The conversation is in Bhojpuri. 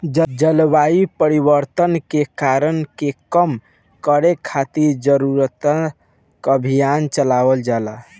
जलवायु परिवर्तन के कारक के कम करे खातिर जारुकता अभियान चलावल जाता